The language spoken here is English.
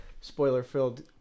spoiler-filled